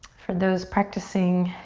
for those practicing